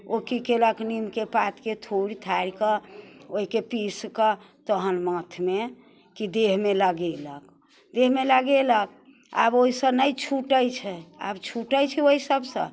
ओ की केलक नीमके पातके थुरि थारिकऽ ओइके पीसकऽ तहन माथमे कि देहमे लगेलक देहमे लगेलक आब ओइसँ नहि छुटै छै आब छुटै छै ओइ सबसँ